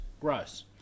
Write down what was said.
Gross